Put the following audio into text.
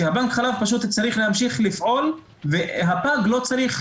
שבנק החלב פשוט צריך להמשיך לפעול וזה לא צריך